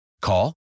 Call